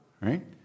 right